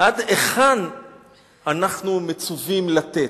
עד היכן אנחנו מצווים לתת?